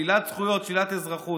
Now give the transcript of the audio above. שלילת זכויות, שלילת אזרחות.